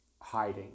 hiding